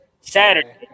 Saturday